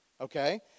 okay